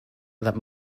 that